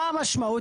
מה המשמעות?